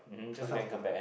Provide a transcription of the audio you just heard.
Batam was the